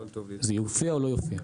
זה יופיע או לא יופיע?